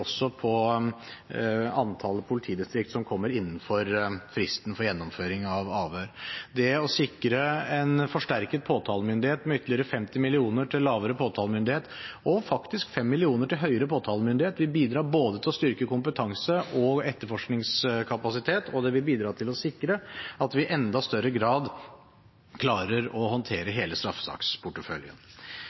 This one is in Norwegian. også på antallet politidistrikter som kommer innenfor fristen for gjennomføring av avhør. Det å sikre en forsterket påtalemyndighet med ytterligere 50 mill. kr til lavere påtalemyndighet og faktisk 5 mill. kr til høyere påtalemyndighet vil bidra til å styrke både kompetanse og etterforskningskapasitet, og det vil bidra til å sikre at vi i enda større grad klarer å håndtere hele straffesaksporteføljen.